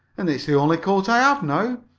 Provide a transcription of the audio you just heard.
and it's the only coat i have now,